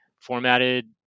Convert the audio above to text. formatted